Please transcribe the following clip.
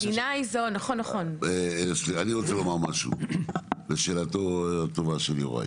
אני רוצה לומר משהו, לשאלתו הטובה של יוראי,